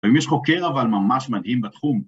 ומי שחוקר אבל ממש מדהים בתחום.